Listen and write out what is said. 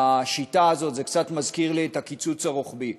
והשיטה הזו, זה קצת מזכיר לי את הקיצוץ הרוחבי.